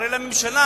הרי לממשלה,